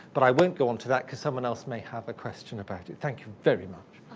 but i won't go onto that because someone else may have a question about it. thank you very much.